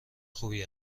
خوبی